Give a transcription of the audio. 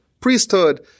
priesthood